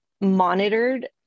monitored